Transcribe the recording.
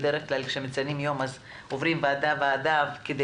בדרך כלל כשמציינים יום עוברים ועדה-ועדה כדי